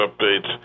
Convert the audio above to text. updates